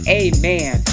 amen